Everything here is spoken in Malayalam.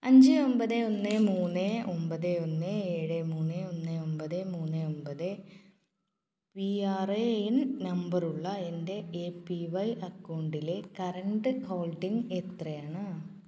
അഞ്ച് ഒൻപത് ഒന്ന് മൂന്ന് ഒൻപത് ഒന്ന് ഏഴ് മൂന്ന് ഒന്ന് ഒൻപത് മൂന്ന് ഒൻപത് പി ആർ എ എൻ നമ്പറുള്ള എൻ്റെ എ പി വൈ അക്കൗണ്ടിലെ കറൻ്റ് ഹോൾഡിംഗ് എത്രയാണ്